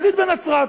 תגיד בנצרת,